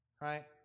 right